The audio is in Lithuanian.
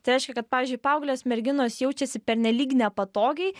tai reiškia kad pavyzdžiui paauglės merginos jaučiasi pernelyg nepatogiai